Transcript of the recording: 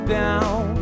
down